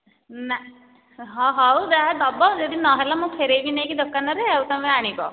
ନା ହଁ ହଉ ଯାହା ଦେବ ଯଦି ନହେଲା ମୁଁ ଫେରେଇବି ନେଇକି ଦୋକାନରେ ତମେ ଆଣିବ